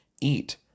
eat